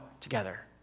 together